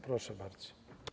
Proszę bardzo.